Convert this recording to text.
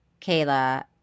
Kayla